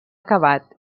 acabat